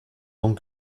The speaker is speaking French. tant